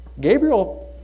Gabriel